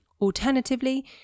Alternatively